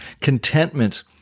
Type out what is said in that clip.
contentment